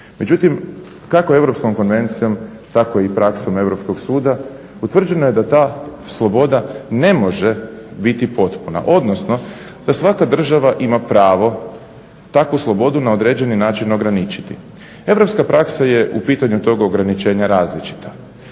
međutim kako i europskom konvencijom tako i praksom Europskog suda utvrđeno je da ta sloboda ne može biti potpuna odnosno da svaka država ima pravo takvu slobodu na određeni način ograničiti. Europska praksa je u pitanju tog ograničenja različita,